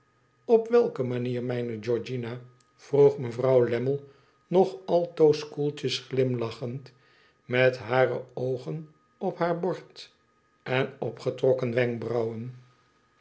op welke manier mijne georgiana p vroeg mevrouw lammie nog altoos koeltjes glimlachend met hare oogen op haar bord en opgetrokken wenkbrauwen